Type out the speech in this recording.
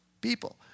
people